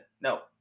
No